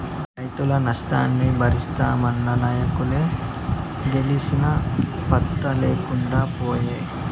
రైతుల నష్టాన్ని బరిస్తామన్న నాయకులు గెలిసి పత్తా లేకుండా పాయే